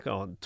on